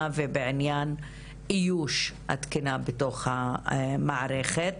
ובעניין איוש התקינה בתוך המערכת.